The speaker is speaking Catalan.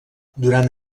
durant